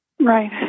Right